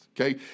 Okay